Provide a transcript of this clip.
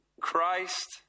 Christ